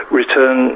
return